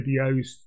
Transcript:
videos